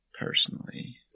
personally